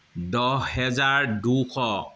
দহ হেজাৰ দুশ